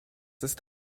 ist